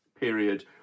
period